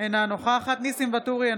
אינה נוכחת ניסים ואטורי,